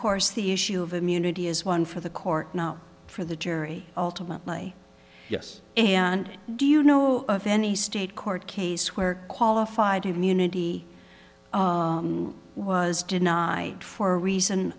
course the issue of immunity is one for the court not for the jury ultimately yes and do you know of any state court case where qualified immunity was denied for a reason